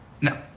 No